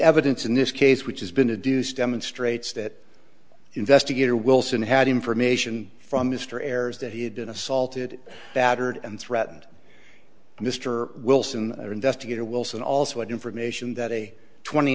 evidence in this case which has been a dues demonstrates that investigator wilson had information from mr ayres that he had been assaulted battered and threatened mr wilson or investigator wilson also had information that a twenty